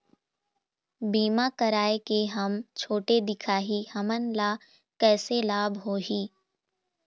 बीमा कराए के हम छोटे दिखाही हमन ला कैसे लाभ होही?